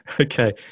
Okay